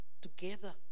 together